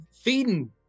feeding